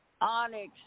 Onyx